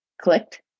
clicked